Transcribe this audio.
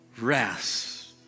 rest